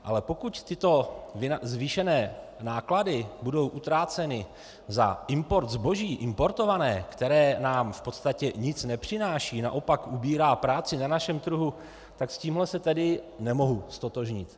Ale pokud tyto zvýšené náklady budou utráceny za zboží importované, které nám v podstatě nic nepřináší, naopak ubírá práci na našem trhu, tak s tímhle se tedy nemohu ztotožnit.